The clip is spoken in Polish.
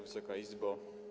Wysoka Izbo!